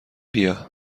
بیا